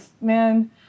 man